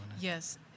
Yes